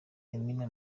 amina